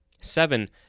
Seven